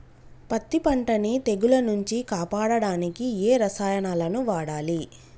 పత్తి పంటని తెగుల నుంచి కాపాడడానికి ఏ రసాయనాలను వాడాలి?